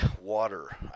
water